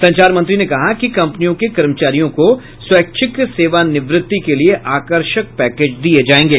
संचार मंत्री ने कहा कि कंपनियों के कर्मचारियों को स्वैच्छिक सेवानिवृत्ति के लिए आकर्षक पैकेज दिए जाएंगे